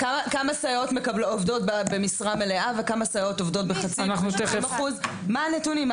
כמה סייעות עובדות במשרה מלאה וכמה עובדות ב-50% אחוז מה הנתונים?